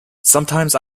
sometimes